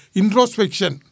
introspection